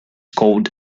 called